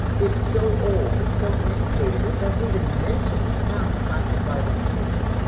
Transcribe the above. it's so old, it's so antiquated. it doesn't even mention the term classified information.